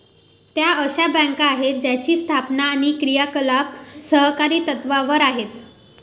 त्या अशा बँका आहेत ज्यांची स्थापना आणि क्रियाकलाप सहकारी तत्त्वावर आहेत